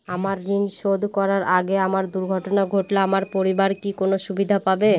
আমার ঋণ শোধ করার আগে আমার দুর্ঘটনা ঘটলে আমার পরিবার কি কোনো সুবিধে পাবে?